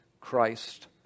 Christ